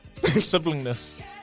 Siblingness